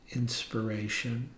inspiration